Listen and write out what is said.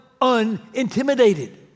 unintimidated